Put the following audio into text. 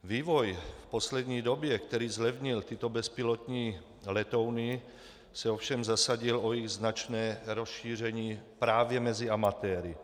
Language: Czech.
Vývoj v poslední době, který zlevnil tyto bezpilotní letouny, se ovšem zasadil o jejich značné rozšíření právě mezi amatéry.